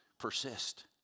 persist